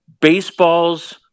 baseball's